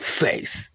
face